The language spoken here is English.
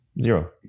Zero